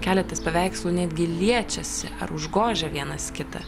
keletas paveikslų netgi liečiasi ar užgožia vienas kitą